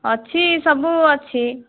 ଅଛି ସବୁ ଅଛି